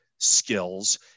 skills